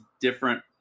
different